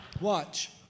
Watch